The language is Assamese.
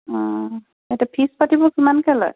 অঁ এতিয়া ফিজ পাতিবোৰ কিমানকৈ লয়